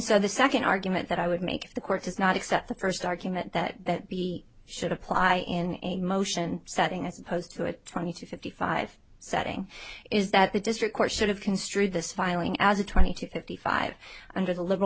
so the second argument that i would make the court does not accept the first argument that we should apply in a motion setting as opposed to a twenty two fifty five setting is that the district court should have construed this filing as a twenty two fifty five under the li